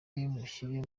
mushyire